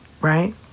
Right